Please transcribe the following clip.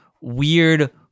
weird